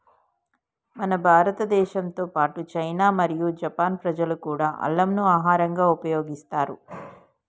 మన భారతదేశంతో పాటు చైనా మరియు జపాన్ ప్రజలు కూడా అల్లంను ఆహరంగా ఉపయోగిస్తారు